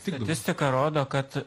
statistika rodo kad